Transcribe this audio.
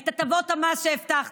את הטבות המס שהבטחתם.